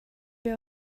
wir